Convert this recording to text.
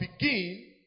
begin